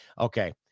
Okay